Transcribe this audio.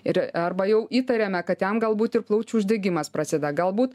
ir arba jau įtariame kad jam galbūt ir plaučių uždegimas prasideda galbūt